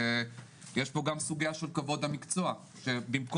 יש פה גם סוגיה של כבוד המקצוע שבמקום,